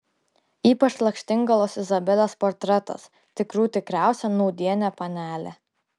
ypač lakštingalos izabelės portretas tikrų tikriausia nūdienė panelė